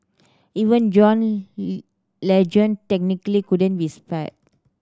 even John Legend technically couldn't be spared